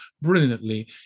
brilliantly